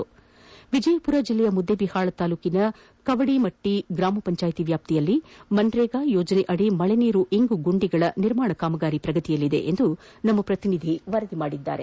ಇನ್ನು ವಿಜಯಪುರ ಜಲ್ಲೆಯ ಮುದ್ದೇಬಿಹಾಳ ತಾಲ್ಲೂಕಿನ ಕವಡಿಮಟ್ಟಿ ಗ್ರಾಮ ಪಂಜಾಯಿತಿ ವ್ಯಾಪ್ತಿಯಲ್ಲಿ ಮನ್ರೇಗಾ ಯೋಜನೆಯಡಿ ಮಳೆ ನೀರು ಇಂಗು ಗುಂಡಿಗಳ ನಿರ್ಮಾಣ ಕಾಮಗಾರಿ ಪ್ರಗತಿಯಲ್ಲಿದೆ ಎಂದು ನಮ್ಮ ಪ್ರತಿನಿಧಿ ವರದಿ ಮಾಡಿದ್ದಾರೆ